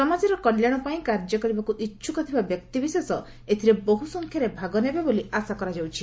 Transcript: ସମାଜର କଲ୍ୟାଣ ପାଇଁ କାର୍ଯ୍ୟ କରିବାକୁ ଇଚ୍ଛୁକ ଥିବା ବ୍ୟକ୍ତିବିଶେଷ ଏଥିରେ ବହୃସଂଖ୍ୟାରେ ଭାଗ ନେବେ ବୋଲି ଆଶା କରାଯାଉଛି